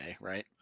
right